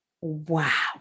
Wow